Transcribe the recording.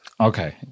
Okay